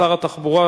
לשר התחבורה,